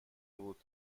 بودی